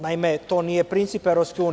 Naime, to nije princip EU.